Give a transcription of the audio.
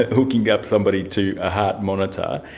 hooking up somebody to a heart monitor,